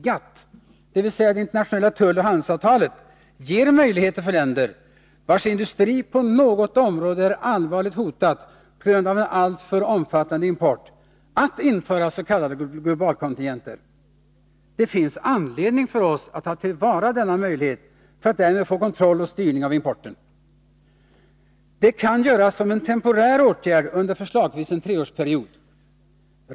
GATT, dvs. det internationella tulloch handelsavtalet, ger möjligheter för länder, vars industri på något område är allvarligt hotad på grund av en alltför omfattande import, att införa s.k. globalkontingenter. Det finns anledning för oss att ta till vara denna möjlighet för att därmed få kontroll och styrning av importen. Det kan göras som en temporär åtgärd under förslagsvis en treårsperiod.